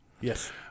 Yes